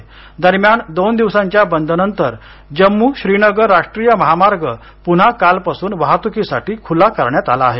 जम्मू महामार्ग दरम्यान दोन दिवसांच्या बंदनंतर जम्मू श्रीनगर राष्ट्रीय महामार्ग पुन्हा कालपासून वाहतुकीसाठी खुला करण्यात आला आहे